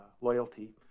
loyalty